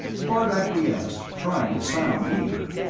bart acquiesced, trying to sound eager,